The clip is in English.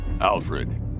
Alfred